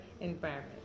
environment